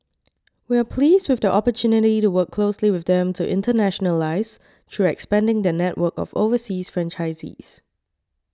we are pleased with the opportunity to work closely with them to internationalise through expanding their network of overseas franchisees